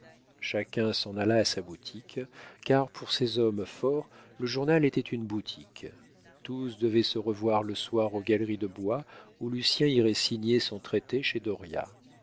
chacun s'en alla à sa boutique car pour ces hommes forts le journal était une boutique tous devaient se revoir le soir aux galeries de bois où lucien irait signer son traité chez